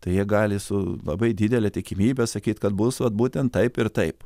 tai jie gali su labai didele tikimybe sakyt kad bus vat būtent taip ir taip